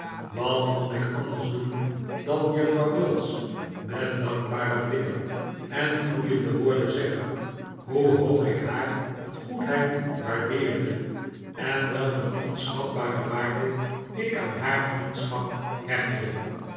wat kon ik anders doen dan juffrouw mills met dankbare blikken en gloeiende woorden zeggen hoe hoog ik haar goedheid waardeerde en welk een onschatbare waarde ik aan haar vriendschap hechtte